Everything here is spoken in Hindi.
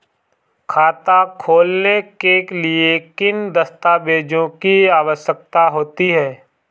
खाता खोलने के लिए किन दस्तावेजों की आवश्यकता होती है?